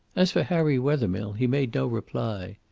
as for harry wethermill, he made no reply.